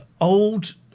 old